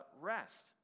rest